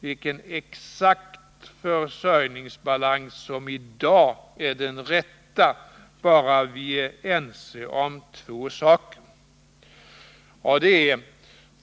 Men vi bör vara ense om två saker.